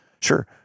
Sure